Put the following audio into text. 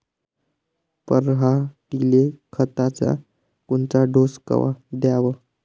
पऱ्हाटीले खताचा कोनचा डोस कवा द्याव?